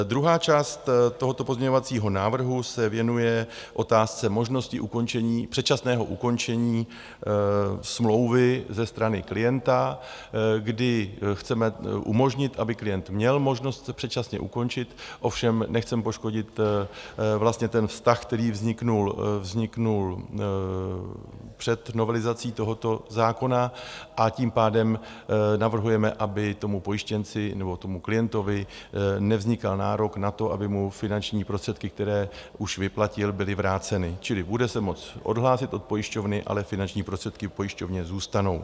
Druhá část tohoto pozměňovacího návrhu se věnuje otázce možností ukončení předčasného ukončení smlouvy ze strany klienta, kdy chceme umožnit, aby klient měl možnost předčasně ukončit, ovšem nechceme poškodit vztah, který vznikl před novelizací tohoto zákona, a tím pádem navrhujeme, aby pojištěnci nebo klientovi nevznikal nárok na to, aby mu finanční prostředky, které už vyplatil, byly vráceny, čili bude se moct odhlásit od pojišťovny, ale finanční prostředky pojišťovně zůstanou.